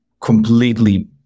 completely